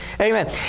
Amen